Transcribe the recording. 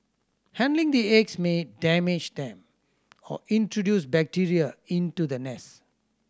handling the eggs may damage them or introduce bacteria into the nest